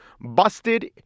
busted